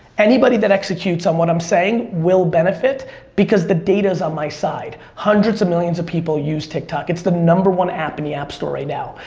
anybody that executes on what i'm saying will benefit because the data's on my side. hundreds of millions of people use tiktok. it's the number one app in the app store right now.